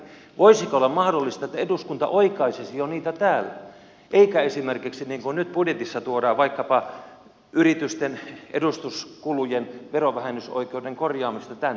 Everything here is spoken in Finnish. voisiko olla mahdollista että eduskunta oikaisisi niitä jo täällä eikä esimerkiksi niin kuin nyt kun budjetissa tuodaan vaikkapa yritysten edustuskulujen verovähennysoikeuden korjaamista tänne